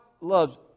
loves